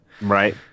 Right